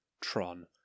Tron